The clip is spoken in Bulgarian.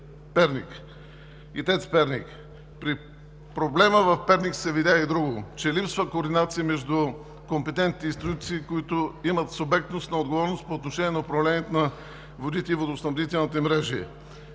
Перник, и ТЕЦ – Перник. При проблема в Перник се видя и друго, че липсва координация между компетентните институции, които имат субектност на отговорност по отношение на управлението на водите и водоснабдителните мрежи.